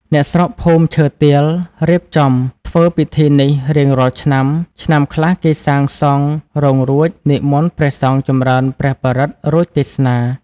អ្នកស្រុក ភូមិឈើទាល រៀបចំធ្វើពិធីនេះរៀងរាល់ឆ្នាំ ឆ្នាំខ្លះគេសាងសងរោងរួច និមន្តព្រះសង្ឃចំរើនព្រះបរិត្ត រួច ទេសនា ។